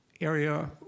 area